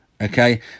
okay